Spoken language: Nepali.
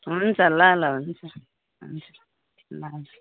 हुन्छ ल ल हुन्छ हुन्छ ल ल